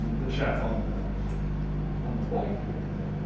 the chap on the on the right here,